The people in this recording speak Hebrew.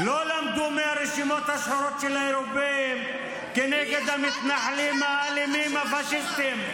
לא למדו מהרשימות השחורות של האירופים כנגד המתנחלים האלימים הפשיסטים.